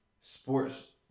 sports